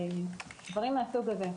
דברים מהסוג הזה.